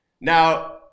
Now